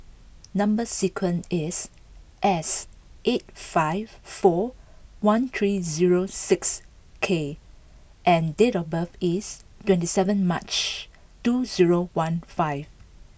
number sequence is S eight five four one three zero six K and date of birth is twenty seven March two zero one five